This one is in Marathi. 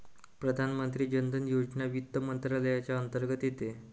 प्रधानमंत्री जन धन योजना वित्त मंत्रालयाच्या अंतर्गत येते